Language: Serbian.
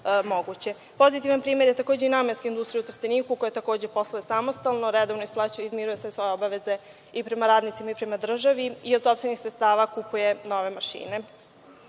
moguće. Pozitivan primer je takođe i namenska industrija u Trsteniku, koja posluje samostalno, redovno isplaćuje i izmiruje sve svoje obaveze i prema radnicima i prema državi i od sopstvenih sredstava kupuje nove mašine. Kada